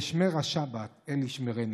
"כי אשמרה שבת, אל ישמרני".